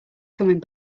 coming